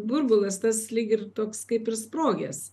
burbulas tas lyg ir toks kaip ir sprogęs